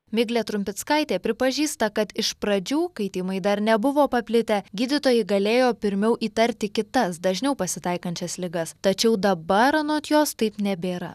miglė trumpickaitė pripažįsta kad iš pradžių kai tymai dar nebuvo paplitę gydytojai galėjo pirmiau įtarti kitas dažniau pasitaikančias ligas tačiau dabar anot jos taip nebėra